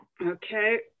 Okay